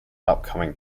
upcoming